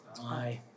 Aye